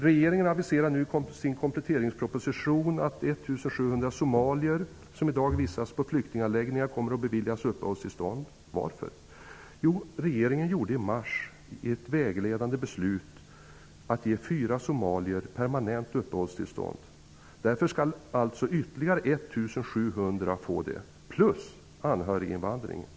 Regeringen aviserar i sin kompletteringsproposition att 1 700 somalier som i dag vistas på flyktinganläggningar kommer att beviljas uppehållstillstånd. Varför? Jo, regeringen fattade i mars ett vägledande beslut, att ge fyra somalier permanent uppehållstillstånd. Därför skall alltså ytterligare 1 700 få det. Därtill kommer anhöriginvandring.